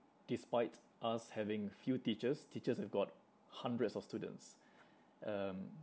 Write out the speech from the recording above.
despite us having few teachers teachers have got hundreds of students um